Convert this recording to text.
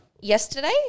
yesterday